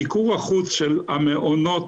מיקור החוץ של המעונות,